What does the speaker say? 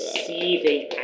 seething